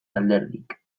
alderdik